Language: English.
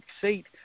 seat